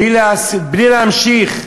בלי להמשיך,